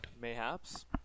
Mayhaps